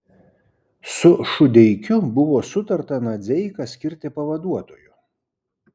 su šudeikiu buvo sutarta nadzeiką skirti pavaduotoju